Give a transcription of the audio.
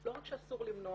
לא רק שאסור למנוע,